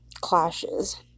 clashes